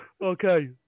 okay